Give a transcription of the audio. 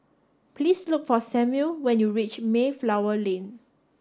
please look for Samuel when you reach Mayflower Lane